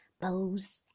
bows